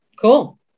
cool